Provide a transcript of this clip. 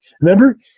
Remember